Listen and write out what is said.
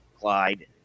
clyde